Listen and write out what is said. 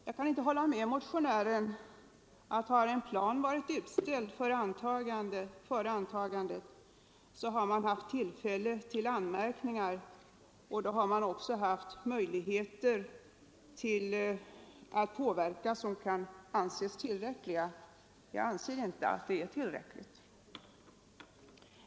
Jag kan inte hålla med motionärerna om att har en plan varit utställd före antagandet har man haft tillfälle till anmärkningar, och då har man också haft möjligheter att påverka som kan anses tillräckliga. Jag anser inte att detta är tillräckligt.